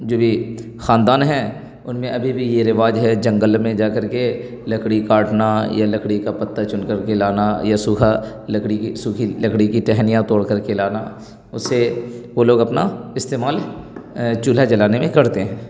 جو بھی خاندان ہیں ان میں ابھی بھی یہ رواج ہے جنگل میں جا کر کے لکڑی کاٹنا یا لکڑی کا پتہ چن کر کے لانا یا سوکھا لکڑی کی سوکھی لکڑی کی ٹہنیاں توڑ کر کے لانا اسے وہ لوگ اپنا استعمال چولہا جلانے میں کرتے ہیں